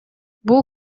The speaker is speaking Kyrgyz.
бул